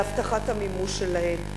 להבטחת המימוש שלהן.